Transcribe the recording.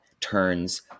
turns